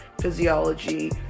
physiology